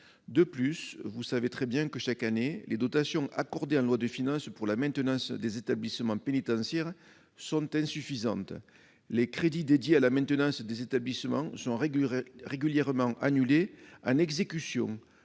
De plus, comme vous le savez très bien, les dotations accordées chaque année en loi de finances pour la maintenance des établissements pénitentiaires sont insuffisantes. Les crédits dédiés à la maintenance des établissements sont régulièrement annulés en exécution.